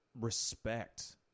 respect